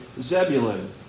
Zebulun